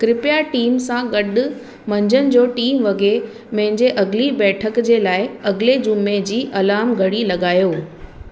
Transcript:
कृपया टीम सां गॾु मंझंदि जो टीह वॻे मंहिंजे अॻली बैठक जे लाइ अॻिले जुमें जी अलाम घड़ी लॻायो